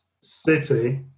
city